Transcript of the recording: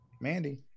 Mandy